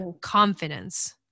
confidence